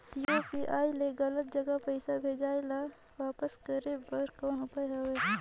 UPI ले गलत जगह पईसा भेजाय ल वापस करे बर कौन उपाय हवय?